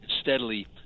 steadily